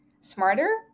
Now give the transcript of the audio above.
smarter